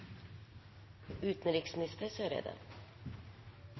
utenriksminister,